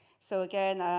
so again,